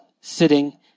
sitting